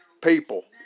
People